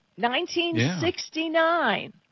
1969